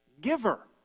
giver